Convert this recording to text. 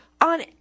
on